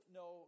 no